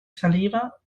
saliva